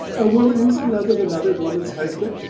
a woman who's in love with another woman's husband?